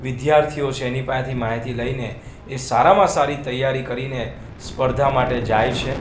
વિદ્યાર્થીઓ છે એની પાસેથી માહિતી લઈને એ સારામાં સારી તૈયારી કરીને સ્પર્ધા માટે જાય છે